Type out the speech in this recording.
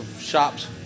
shops